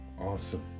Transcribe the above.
awesome